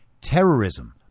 Terrorism